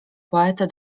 poetę